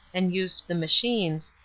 and used the machines,